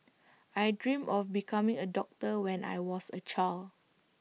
I dreamt of becoming A doctor when I was A child